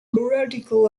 theoretical